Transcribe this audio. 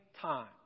time